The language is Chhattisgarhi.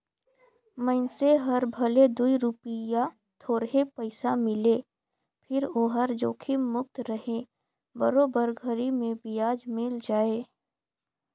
मइनसे हर भले दूई रूपिया थोरहे पइसा मिले फिर ओहर जोखिम मुक्त रहें बरोबर घरी मे बियाज मिल जाय